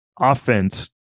offense